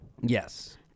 yes